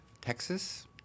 Texas